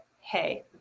hey